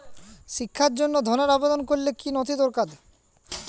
শিক্ষার জন্য ধনের আবেদন করলে কী নথি দরকার হয়?